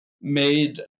made